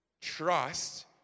trust